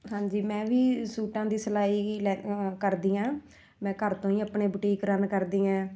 ਹਾਂਜੀ ਮੈਂ ਵੀ ਸੂਟਾਂ ਦੀ ਸਿਲਾਈ ਗੀ ਕਰਦੀ ਹਾਂ ਮੈਂ ਘਰ ਤੋਂ ਹੀ ਆਪਣੇ ਬੁਟੀਕ ਰਨ ਕਰਦੀ ਹਾਂ